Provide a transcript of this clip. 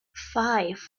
five